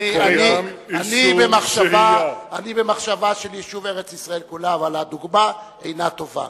אני במחשבה של יישוב ארץ-ישראל כולה אבל הדוגמה אינה טובה.